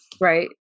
right